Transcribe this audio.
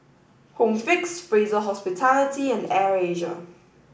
home Fix Fraser Hospitality and Air Asia